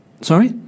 Sorry